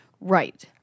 Right